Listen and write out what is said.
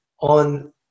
on